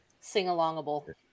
Sing-alongable